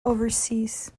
overseas